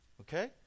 okay